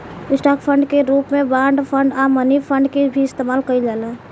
stock fund के रूप में बॉन्ड फंड आ मनी फंड के भी इस्तमाल कईल जाला